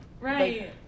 Right